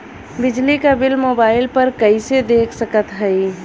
बिजली क bill mobile पर कईसे देख सकत हई?